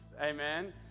Amen